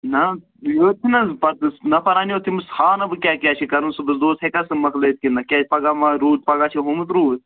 نَہ حظ پتہٕ نفر اَنیو تٔمِس ہاونا بہٕ کیٛاہ کیٛاہ چھُ کَرُن صُبحس دۄہس ہٮ۪کا سُہ مۄکلٲیِتھ کِنۍ نَہ کیٛازِ پگاہ ما روٗد پگاہ چھُ ہومُت روٗد